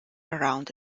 around